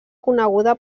coneguda